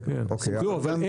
אבל במקביל או לא,